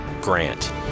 GRANT